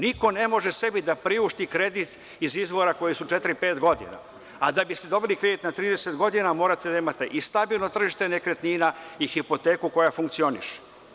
Niko ne može sebi da priušti kredit iz izvora koji su četiri, pet godina, a da biste dobili kredit na 30 godina, morate da imate stabilno tržište nekretnina i hipoteku koja funkcioniše.